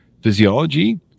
Physiology